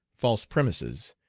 false premises,